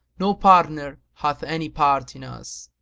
no partner hath any part in us.